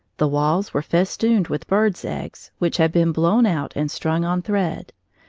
the walls were festooned with birds' eggs, which had been blown out and strung on thread.